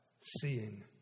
Seeing